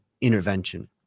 intervention